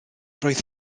roedd